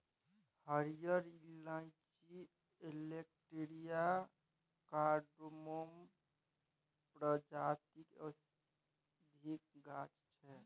हरियर इलाईंची Elettaria cardamomum प्रजातिक औषधीक गाछ छै